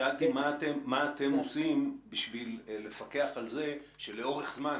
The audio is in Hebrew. שאלתי: מה אתם עושים בשביל לפקח על זה שלאורך זמן,